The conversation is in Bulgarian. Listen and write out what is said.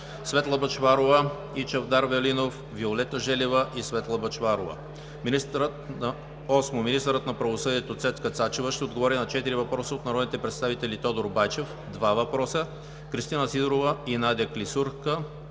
Светла Бъчварова и Чавдар Велинов; и Виолета Желева и Светла Бъчварова. - Министърът на правосъдието Цецка Цачева ще отговори на 4 въпроса от народните представители Тодор Байчев – два въпроса; Кристина Сидорова и Надя Клисурска;